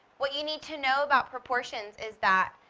what you need to know about proportions is that,